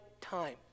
time